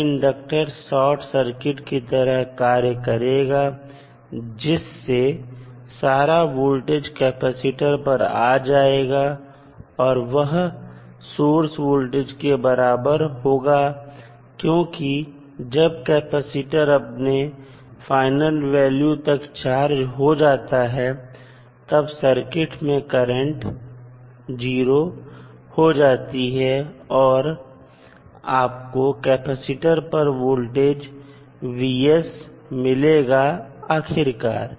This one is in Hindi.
तब इंडक्टर शॉर्ट सर्किट की तरह कार्य करेगा जिससे सारा वोल्टेज कैपेसिटर पर आ जाएगा और वह सोर्स वोल्टेज के बराबर होगा क्योंकि जब कैपेसिटर अपने फाइनल वैल्यू तक चार्ज हो जाता है तब सर्किट में करंट 0 हो जाती है और आपको कैपेसिटर पर वोल्टेज Vs मिलेगा आखिरकार